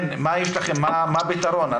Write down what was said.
מה הפתרון?